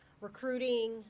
recruiting